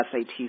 SAT